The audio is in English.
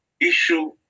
issue